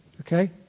Okay